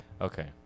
Okay